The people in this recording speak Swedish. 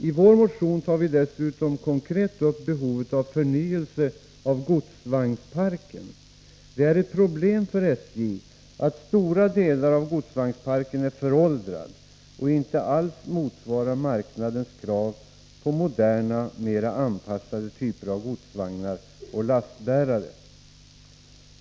I vår motion tar vi dessutom konkret upp behovet av förnyelse av godsvagnsparken. Det är ett problem för SJ att stora delar av godsvagnsparken är föråldrad och inte alls motsvarar marknadens krav på moderna, mera anpassade typer av godsvagnar och lastbärare.